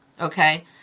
Okay